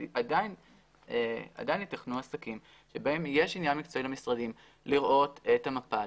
אבל עדיין ייתכנו עסקים בהם יש עניין מקצועי למשרדים לראות את המפה,